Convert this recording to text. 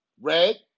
Red